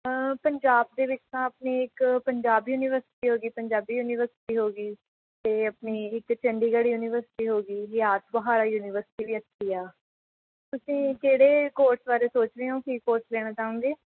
ਪੰਜਾਬ ਦੇ ਵਿੱਚ ਤਾਂ ਆਪਣੀ ਇੱਕ ਪੰਜਾਬ ਯੂਨੀਵਰਸਿਟੀ ਹੋ ਗਈ ਪੰਜਾਬੀ ਯੂਨੀਵਰਸਿਟੀ ਹੋ ਗਈ ਅਤੇ ਆਪਣੀ ਇੱਕ ਚੰਡੀਗੜ੍ਹ ਯੂਨੀਵਰਸਿਟੀ ਹੋ ਗਈ ਰਿਆਤ ਬਾਹਰਾ ਯੂਨੀਵਰਸਿਟੀ ਵੀ ਅੱਛੀ ਆ ਤੁਸੀਂ ਕਿਹੜੇ ਕੋਰਸ ਬਾਰੇ ਸੋਚ ਰਹੇ ਹੋ ਕੀ ਕੋਰਸ ਲੈਣਾ ਚਾਹੋਂਗੇ